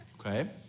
okay